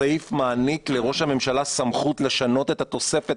הסעיף מעניק לראש הממשלה סמכות לשנות את התוספת